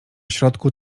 środku